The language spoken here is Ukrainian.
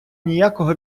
ніякого